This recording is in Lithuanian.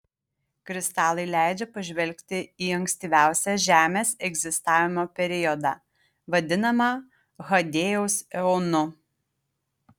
kristalai leidžia pažvelgti į ankstyviausią žemės egzistavimo periodą vadinamą hadėjaus eonu